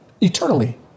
eternally